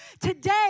today